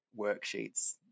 worksheets